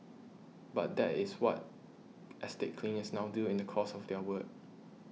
but that is what estate cleaners now do in the course of their work